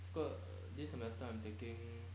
这个 this semester I'm taking